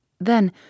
Then